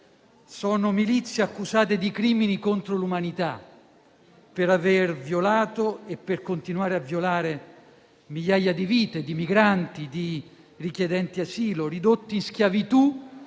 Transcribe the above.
Sono milizie accusate di crimini contro l'umanità, per aver violato e per continuare a violare migliaia di vite di migranti e di richiedenti asilo, ridotti in schiavitù